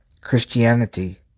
Christianity